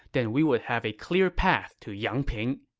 then we would have a clear path to yangping.